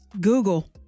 Google